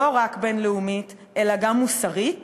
לא רק בין-לאומית, אלא גם מוסרית